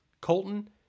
Colton